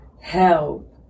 help